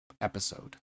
episode